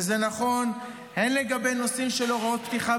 וזה נכון לגבי נושאים של הוראות פתיחה